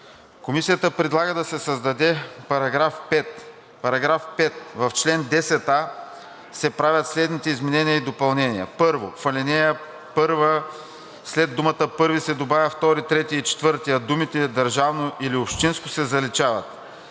Комисията предлага да се създаде § 5: „§ 5. В чл. 10а се правят следните изменения и допълнения: „1. В ал. 1 след думата „първи“ се добавя „втори, трети и четвърти“, а думите „държавно или общинско“ се заличават.